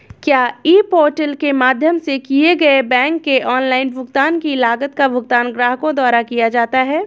क्या e portal के माध्यम से किए गए बैंक के ऑनलाइन भुगतान की लागत का भुगतान ग्राहकों द्वारा किया जाता है?